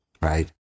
right